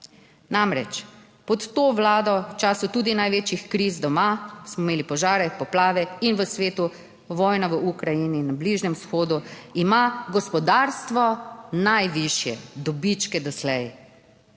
Namreč, pod to vlado v času tudi največjih kriz doma smo imeli požare, poplave in v svetu, vojna v Ukrajini, na Bližnjem vzhodu ima gospodarstvo najvišje dobičke doslej.